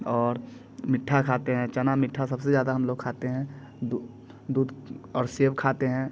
और मिट्ठा खाते हैं चना मिट्ठा सबसे ज़्यादा हम लोग खाते हैं दूध दूध और सेब खाते हैं